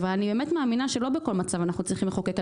אבל אני באמת מאמינה שלא בכל מצב אנחנו צריכים לחוקק.